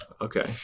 Okay